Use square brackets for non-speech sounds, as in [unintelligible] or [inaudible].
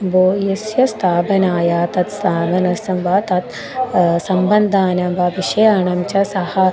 [unintelligible] स्थापनाय तत् स्थापनं संवा तत् सम्बन्धानां वा विषयानां च सः